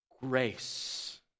grace